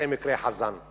ראה מקרה חזן.